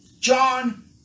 John